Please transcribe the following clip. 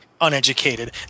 uneducated